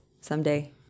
someday